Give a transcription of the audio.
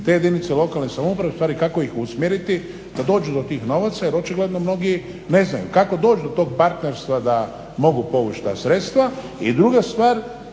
te jedinice lokalne samouprave, ustvari kako ih usmjeriti da dođu do tih novaca jer očigledno mnogi ne znaju kako doći do tog partnerstva da mogu povući ta sredstva.